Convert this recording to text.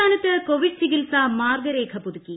സംസ്ഥാനത്ത് കോവിഡ് ചികിത്സാ മാർഗ്ഗരേഖ പുതുക്കി